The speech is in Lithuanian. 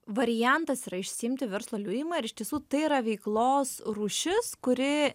variantas yra išsiimti verslo liudijimą ir iš tiesų tai yra veiklos rūšis kuri